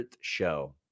show